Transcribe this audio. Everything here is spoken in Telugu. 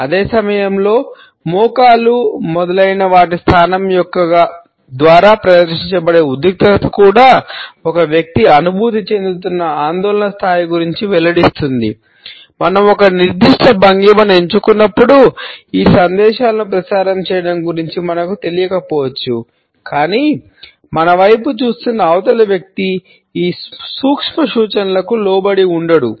అదే సమయంలో మోకాలు సూచనలకు లోబడి ఉండడు